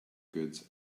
goods